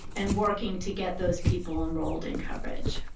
and working to get those people enrolled in coverage,